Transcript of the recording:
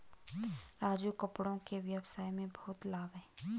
राजू कपड़ों के व्यवसाय में बहुत लाभ है